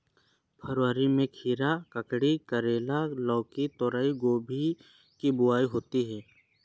फरवरी में खीरा, ककड़ी, करेला, लौकी, तोरई, फूलगोभी की बुआई होती है